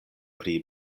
pri